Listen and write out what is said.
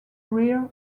rear